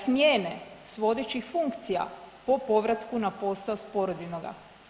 Smjene s vodećih funkcija po povratku na posao s porodiljnoga.